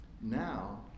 Now